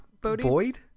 Boyd